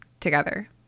together